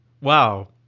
Wow